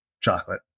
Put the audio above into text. chocolate